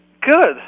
Good